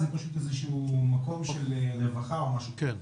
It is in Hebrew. זה פשוט איזה משהוא מקום של רווחה או משהו כזה.